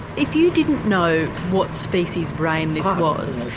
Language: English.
if you didn't know what species brain this was,